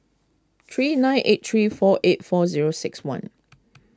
three nine eight three four eight four zero six one